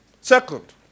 Second